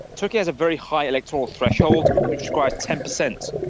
turkey has a very high electoral threshold which requires ten percent,